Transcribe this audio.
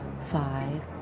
five